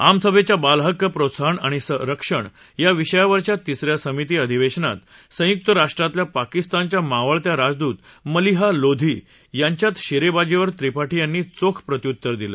आमसभेच्या बालहक्क प्रोत्साहन आणि रक्षण या विषयावरच्या तिस या समिती अधिवेशनात संयुक्त राष्ट्रातल्या पाकिस्तानच्या मावळत्या राजदूत मलीहा लोधी यांच्यात शेरेबाजीवर त्रिपाठी यांनी चोख प्रत्युत्तर दिलं